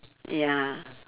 ya